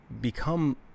become